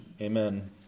Amen